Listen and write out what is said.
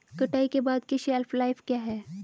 कटाई के बाद की शेल्फ लाइफ क्या है?